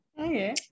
Okay